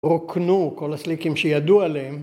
‫רוקנו כל הסליקים שידוע להם.